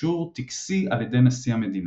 באישור טקסי על ידי נשיא המדינה.